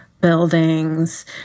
buildings